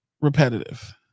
repetitive